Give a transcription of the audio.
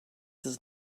does